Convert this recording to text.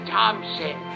Thompson